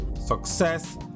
success